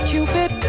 Cupid